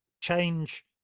change